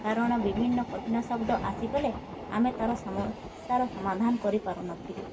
କାରଣ ବିଭିନ୍ନ କଠିନ ଶବ୍ଦ ଆସିଗଲେ ଆମେ ତାର ସମସ୍ୟାର ସମାଧାନ କରିପାରୁନଥିଲୁ